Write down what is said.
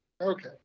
Okay